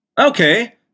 Okay